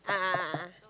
a'ah a'ah